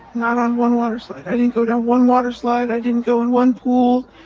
not on one water side. i didn't go down one water slide. i didn't go in one pool.